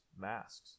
masks